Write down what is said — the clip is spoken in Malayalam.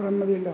ഇത്രയും മതിയല്ലോ